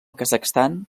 kazakhstan